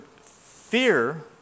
fear